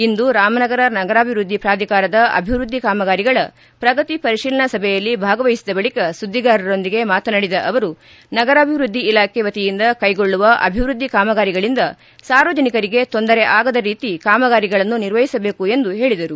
ಇಂದು ರಾಮನಗರ ನಗರಾಭಿವೃದ್ಧಿ ಪ್ರಾಧಿಕಾರದ ಅಭಿವೃದ್ಧಿ ಕಾಮಗಾರಿಗಳ ಪ್ರಗತಿ ಪರಿಶೀಲನಾ ಸಭೆಯಲ್ಲಿ ಭಾಗವಹಿಸಿದ ಬಳಕ ಸುದ್ದಿಗಾರಕೊಂದಿಗೆ ಮಾತನಾಡಿದ ಅವರು ನಗರಾಭಿವೃದ್ಧಿ ಇಲಾಖೆ ವತಿಯಿಂದ ಕೈಗೊಳ್ಳುವ ಅಭಿವೃದ್ಧಿ ಕಾಮಗಾರಿಗಳಿಂದ ಸಾರ್ವಜನಿಕರಿಗೆ ತೊಂದರೆ ಆಗದ ರೀತಿ ಕಾಮಗಾರಿಗಳನ್ನು ನಿರ್ವಹಿಸಬೇಕು ಎಂದು ಹೇಳಿದರು